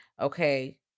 okay